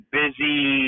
busy